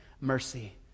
mercy